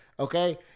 Okay